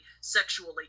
sexually